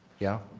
yeah?